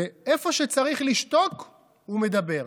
ואיפה שצריך לשתוק הוא מדבר.